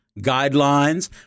guidelines